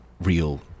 real